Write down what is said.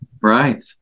Right